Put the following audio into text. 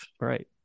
right